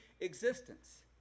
existence